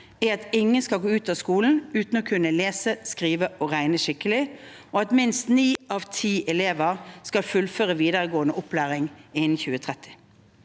er at ingen skal gå ut av skolen uten å kunne lese, skrive og regne skikkelig, og at minst ni av ti elever skal fullføre videregående opplæring innen 2030.